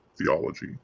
theology